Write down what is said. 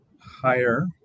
higher